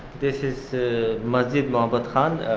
this is masjid mahabat khan,